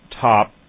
top